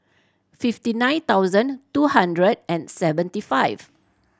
fifty nine thousand two hundred and seventy five